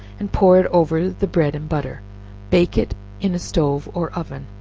and pour it over the bread and butter bake it in a stove or oven.